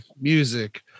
music